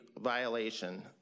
violation